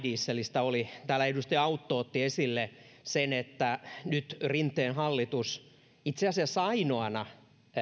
dieselistä oli täällä edustaja autto otti esille sen että nyt rinteen hallitus itse asiassa ainoana